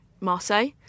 Marseille